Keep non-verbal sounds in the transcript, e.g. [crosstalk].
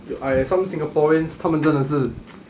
!aiya! some singaporeans 他们真的是 [noise]